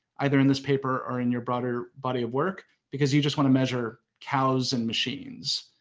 either in this paper or in your broader body of work, because you just want to measure cows and machines,